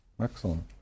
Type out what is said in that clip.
Excellent